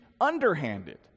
underhanded